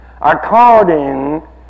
According